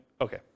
Okay